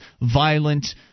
violent